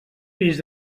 peix